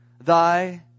Thy